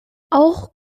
auch